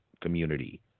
community